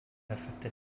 affected